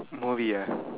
movie ah